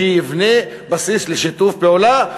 שיבנה בסיס לשיתוף פעולה,